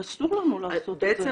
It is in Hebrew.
אסור לנו לעשות את זה.